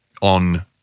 on